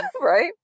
Right